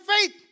faith